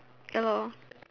ya lor